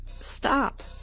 Stop